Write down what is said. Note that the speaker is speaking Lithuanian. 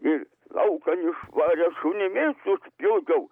ir laukan išvarė šunimis užpjūdžiau